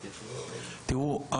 תראו,